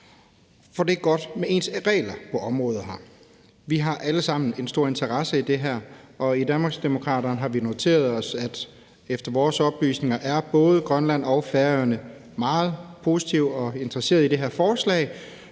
for det er godt med ens regler på området her. Vi har alle sammen så en stor interesse i det her, og i Danmarksdemokraterne har vi noteret os, at efter vores oplysninger er både Grønland og Færøerne meget positive og interesserede i det her forslag.